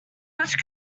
such